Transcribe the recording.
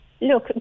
look